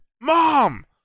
Mom